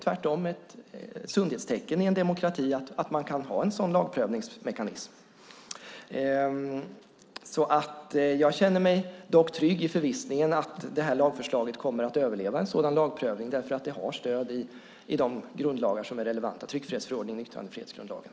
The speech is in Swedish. Tvärtom är det ett sundhetstecken i en demokrati att man kan ha en sådan lagprövningsmekanism. Jag känner mig dock trygg i förvissningen att detta lagförslag kommer att överleva en sådan lagprövning. Det har nämligen stöd i de grundlagar som är relevanta - tryckfrihetsförordningen och yttrandefrihetsgrundlagen.